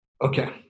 Okay